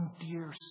dear